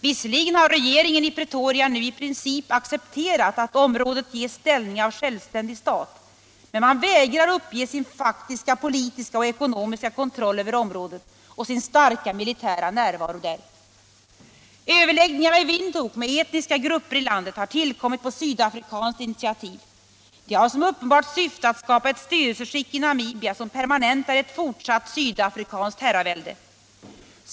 Visserligen har regeringen i Pretoria nu i princip accepterat att området ges ställning av självständig stat, men man vägrar uppge sin faktiska politiska och ekonomiska kontroll över området och sin starka militära närvaro där. Överläggningarna i Windhoek med etniska grupper i landet har tillkommit på sydafrikanskt initiativ. De har som uppenbart syfte att skapa ett styrelseskick i Namibia som permanentar ett fortsatt sydafrikanskt herravälde.